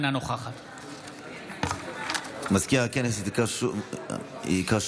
אינה נוכחת מזכיר הכנסת יקרא שוב בשמות